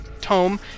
tome